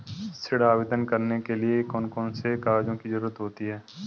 ऋण आवेदन करने के लिए कौन कौन से कागजों की जरूरत होती है?